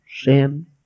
sin